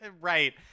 Right